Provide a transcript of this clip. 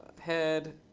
head